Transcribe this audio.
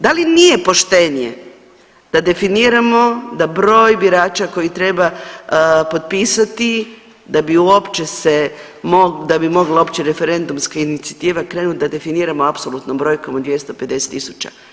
Da li nije poštenije da definiramo da broj birača koji treba potpisati da bi uopće se, da bi mogla uopće referendumska inicijativa krenuti da definiramo apsolutno brojkom od 250.000.